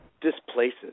displaces